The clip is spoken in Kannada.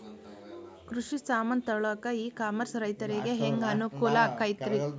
ಕೃಷಿ ಸಾಮಾನ್ ತಗೊಳಕ್ಕ ಇ ಕಾಮರ್ಸ್ ರೈತರಿಗೆ ಹ್ಯಾಂಗ್ ಅನುಕೂಲ ಆಕ್ಕೈತ್ರಿ?